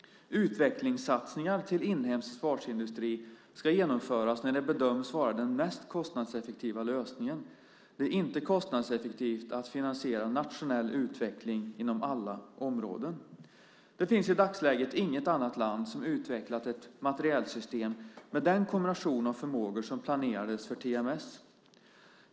Utvecklingssatsningar till inhemsk försvarsindustri ska genomföras när det bedöms vara den mest kostnadseffektiva lösningen. Det är inte kostnadseffektivt att finansiera nationell utveckling inom alla områden. Det finns i dagsläget inget annat land som utvecklat ett materielsystem med den kombination av förmågor som planerades för TMS.